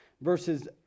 verses